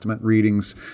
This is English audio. readings